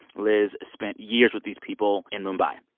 liz spent years with these people in mumbai.